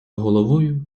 головою